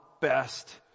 best